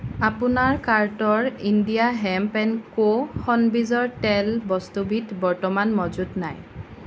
আপোনাৰ কাৰ্টৰ India hemp and co শণ বীজৰ তেল বস্তুবিধ বৰ্তমান মজুত নাই